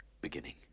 beginning